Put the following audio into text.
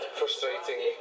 frustrating